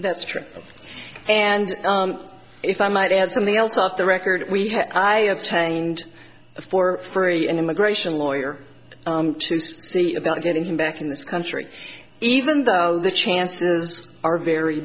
that's true and if i might add something else off the record we have i have tamed a for free an immigration lawyer to see about getting him back in this country even though the chances are very